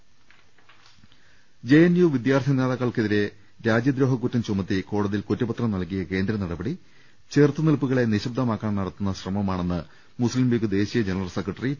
്് J N U വിദ്യാർത്ഥി നേതാക്കൾക്കെതിരെ രാജ്യദ്രോഹ കുറ്റം ചുമത്തി കോടതിയിൽ കുറ്റപത്രം നൽകിയ കേന്ദ്ര നടപടി ചെറുത്തുനില്പു കളെ നിശ്ശബ്ദമാക്കാൻ നടത്തുന്ന ശ്രമമാണെന്ന് മുസ്തിം ലീഗ് ദേശീയ ജന റൽ സെക്രട്ടറി പി